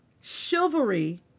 Chivalry